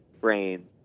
brain